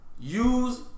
use